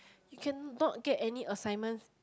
you can not get any assignments